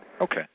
Okay